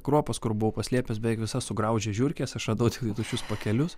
kruopos kur buvau paslėpęs beveik visas sugraužė žiurkės aš radau tiktai tuščius pakelius